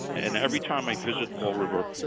and every time i visit fall river,